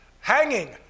hanging